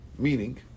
Meaning